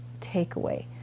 takeaway